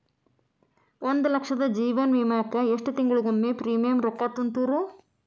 ಒಂದ್ ಲಕ್ಷದ ಜೇವನ ವಿಮಾಕ್ಕ ಎಷ್ಟ ತಿಂಗಳಿಗೊಮ್ಮೆ ಪ್ರೇಮಿಯಂ ರೊಕ್ಕಾ ತುಂತುರು?